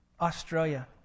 Australia